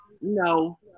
no